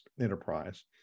enterprise